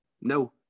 no